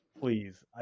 Please